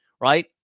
right